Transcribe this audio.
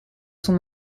son